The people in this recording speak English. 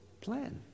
plan